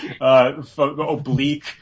oblique